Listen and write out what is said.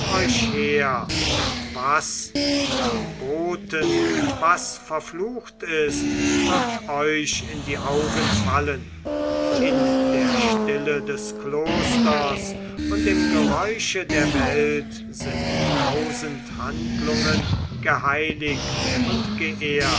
euch her und was verboten was verflucht ist wird euch in die augen fallen in der stille des klosters und im geräusche der welt sind tausend handlungen geheiligt und geehrt